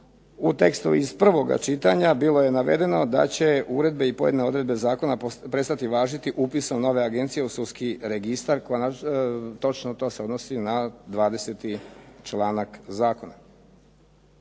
U tekstu iz prvoga čitanja bilo je navedeno da će uredbe i pojedine odredbe zakona prestati važiti upisom nove agencije u sudski registar, točno to se odnosi na 20. članak zakona.